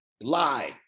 lie